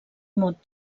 mot